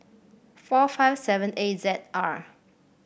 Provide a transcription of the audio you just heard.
four five seven A Z R